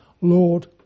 Lord